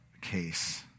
case